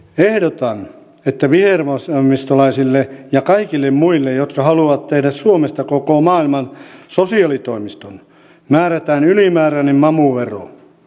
ehdotan että vihervasemmistolaisille ja kaikille muille jotka haluavat tehdä suomesta koko maailman sosiaalitoimiston määrätään ylimääräinen mamu vero